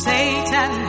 Satan